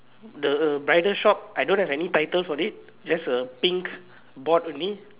the bridal shop I don't have any titles on it just a pink board only